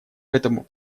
этому